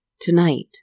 tonight